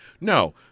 no